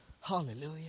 Hallelujah